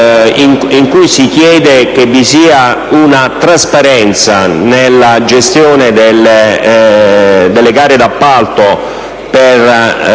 in cui si chiede che vi sia trasparenza nella gestione delle gare d'appalto per